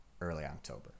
Early-October